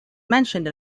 mentioned